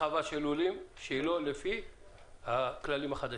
הרגישות שבהסכם היא שכל אחד צריך לעמוד בצד שלו.